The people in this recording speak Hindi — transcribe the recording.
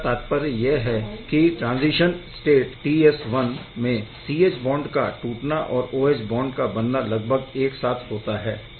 इसका तात्पर्य यह है की ट्राज़ीशन स्टेट में C H बॉन्ड का टूटना और OH बॉन्ड का बनना लगभग एक साथ होता है